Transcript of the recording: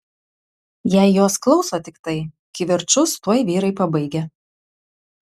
jei jos klauso tiktai kivirčus tuoj vyrai pabaigia